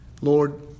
Lord